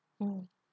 mm